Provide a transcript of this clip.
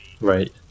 Right